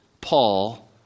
Paul